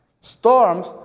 Storms